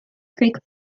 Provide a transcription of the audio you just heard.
creek